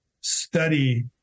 study